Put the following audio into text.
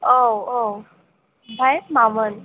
औ औ ओमफ्राय मामोन